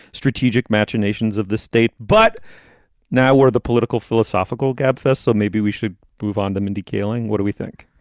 strategic matter nations of the state. but now where the political, philosophical gabfests. so maybe we should move on to mindy kaling. what do we think?